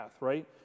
right